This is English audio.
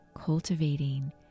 cultivating